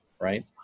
Right